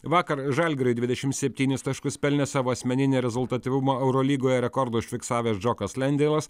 vakar žalgiriui dvidešimt septynis taškus pelnė savo asmeninį rezultatyvumo eurolygoje rekordą užfiksavęs džokas lendeilas